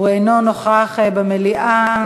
הוא אינו נוכח במליאה.